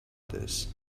this